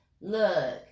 Look